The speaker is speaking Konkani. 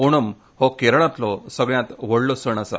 ओणम हो केरळांतलो सगळ्यांत व्हडलो सण आसा